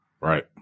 Right